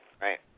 right